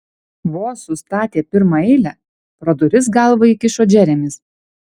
vos sustatė pirmą eilę pro duris galvą įkišo džeremis